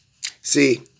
See